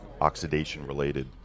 oxidation-related